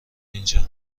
اینجا